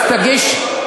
אז תגיש,